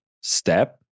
step